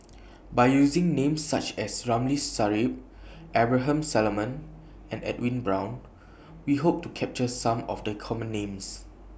By using Names such as Ramli Sarip Abraham Solomon and Edwin Brown We Hope to capture Some of The Common Names